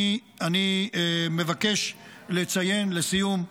אני מבקש לציין לסיום,